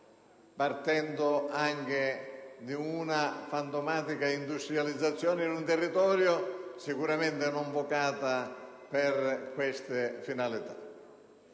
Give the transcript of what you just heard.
partendo anche da una fantomatica industrializzazione in un territorio sicuramente non vocato a queste finalità.